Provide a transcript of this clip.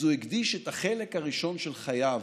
אז הוא הקדיש את החלק הראשון של חייו